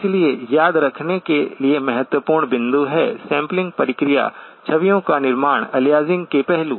इसलिए याद रखने के लिए महत्वपूर्ण बिंदु हैं सैंपलिंग प्रक्रिया छवियों का निर्माण अलियासिंग के पहलू